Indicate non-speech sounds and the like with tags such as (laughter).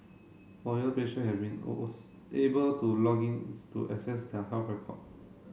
for year patient have been (unintelligible) able to log in to access their health record